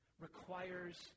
Requires